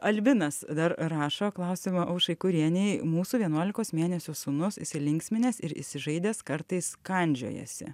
albinas dar rašo klausimą aušrai kurienei mūsų vienuolikos mėnesių sūnus įsilinksminęs ir įsižaidęs kartais kandžiojasi